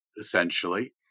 essentially